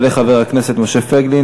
יעלה חבר הכנסת משה פייגלין.